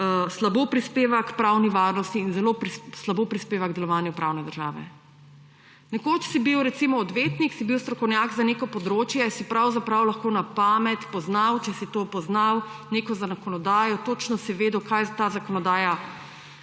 slabo prispeva k pravni varnosti in zelo slabo prispeva k delovanju pravne države. Nekoč si bil, recimo, odvetnik, si bil strokovnjak za neko področje, si pravzaprav lahko na pamet poznal, če si to poznal, neko zakonodajo, točno si vedel, kaj ta zakonodaja